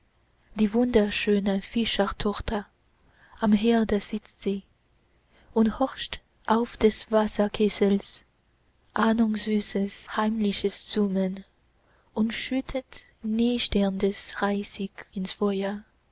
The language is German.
die wunderschöne fischertochter am herde sitzt sie und horcht auf des wasserkessels ahnungssüßes heimliches summen und schüttet knisterndes reisig ins feuer